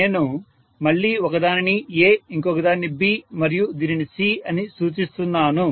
నేను మళ్ళీ ఒక దానిని A ఇంకోదాన్ని B మరియు దీనిని C అని సూచిస్తున్నాను